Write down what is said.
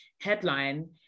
Headline